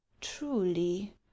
truly